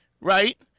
right